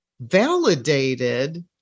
validated